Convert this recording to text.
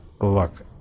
look